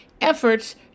efforts